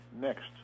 Next